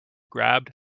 grabbed